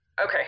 Okay